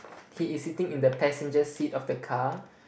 he is sitting in the passenger seat of the car